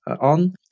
on